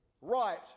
right